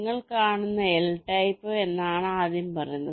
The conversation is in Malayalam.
നിങ്ങൾ കാണുന്ന എൽ ടൈപ്പ് എന്നാണ് ആദ്യം പറയുന്നത്